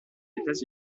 états